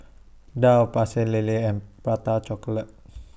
Daal Pecel Lele and Prata Chocolate